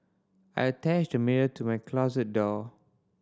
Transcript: I attached a mirror to my closet door